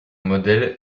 modèle